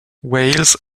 whales